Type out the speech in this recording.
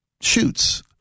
shoots